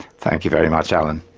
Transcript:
thank you very much, alan.